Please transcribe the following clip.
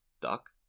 Duck